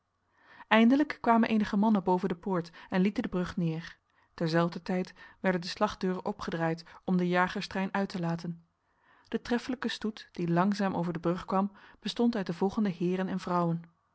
eindelijk kwamen enige mannen boven de poort en lieten de brug neer terzelfder tijd werden de slagdeuren opgedraaid om de jagerstrein uit te laten de treffelijke stoet die langzaam over de brug kwam bestond uit de volgende heren en vrouwen